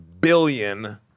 billion